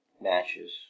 matches